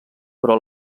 però